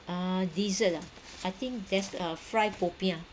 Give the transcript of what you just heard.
ah dessert ah I think there's a fried popiah